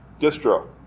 distro